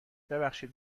ببخشید